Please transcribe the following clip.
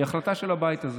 הם החלטה של הבית הזה.